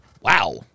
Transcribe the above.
Wow